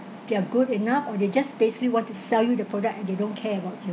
they're good enough or they just basically want to sell you the product and they don't care about you